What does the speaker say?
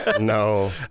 No